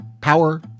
power